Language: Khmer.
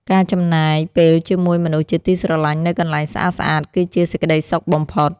ការចំណាយពេលជាមួយមនុស្សជាទីស្រឡាញ់នៅកន្លែងស្អាតៗ គឺជាសេចក្តីសុខបំផុត។